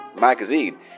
magazine